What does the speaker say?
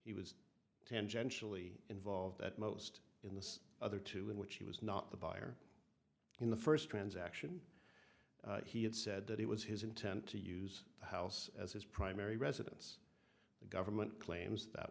he was tangentially involved at most in the other two in which he was not the buyer in the first transaction he had said that it was his intent to use the house as his primary residence the government claims that